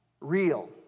real